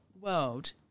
world